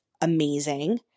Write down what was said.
amazing